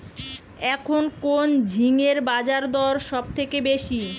এখন কোন ঝিঙ্গের বাজারদর সবথেকে বেশি?